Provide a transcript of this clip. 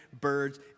birds